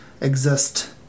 exist